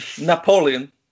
Napoleon